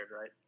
right